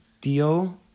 deal